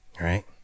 Right